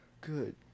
Good